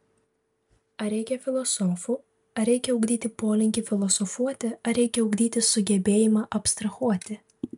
ar reikia filosofų ar reikia ugdyti polinkį filosofuoti ar reikia ugdyti sugebėjimą abstrahuoti